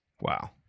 Wow